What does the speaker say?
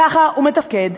ככה הוא מתפקד.